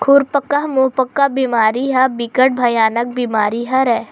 खुरपका मुंहपका बेमारी ह बिकट भयानक बेमारी हरय